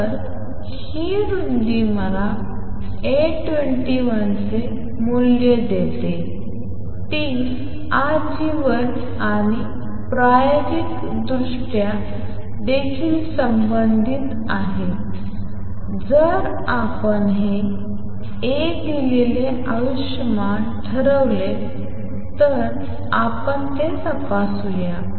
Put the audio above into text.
तर ही रुंदी मला A21 चे मूल्य देते ती आजीवन आणि प्रायोगिकदृष्ट्या देखील संबंधित आहे जर आपण हे A दिलेले आयुष्यमान ठरवले तर आपण ते तपासूया